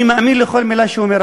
אני מאמין לכל מילה שהשר אומר.